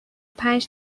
پنج